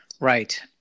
Right